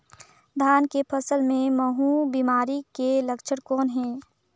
धान के फसल मे महू बिमारी के लक्षण कौन हे?